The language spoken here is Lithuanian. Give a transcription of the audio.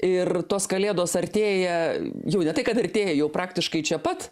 ir tos kalėdos artėja jau ne tai kad artėja jau praktiškai čia pat